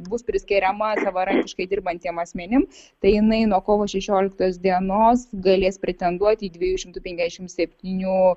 bus priskiriama savarankiškai dirbantiem asmenim tai jinai nuo kovo šešioliktos dienos galės pretenduoti į dviejų šimtų penkiasdešimt septynių